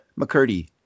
McCurdy